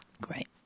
Great